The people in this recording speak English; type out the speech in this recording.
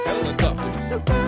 Helicopters